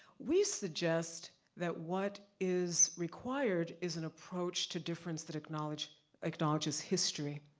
we suggest that what is required, is an approach to difference that acknowledges acknowledges history,